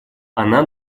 она